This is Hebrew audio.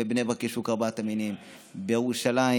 בבני ברק יש שוק ארבעת המינים וגם בירושלים.